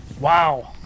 Wow